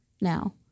now